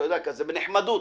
בנחמדוּת.